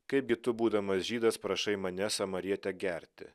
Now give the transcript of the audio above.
kaipgi tu būdamas žydas prašai mane samarietę gerti